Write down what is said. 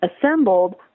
assembled